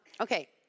Okay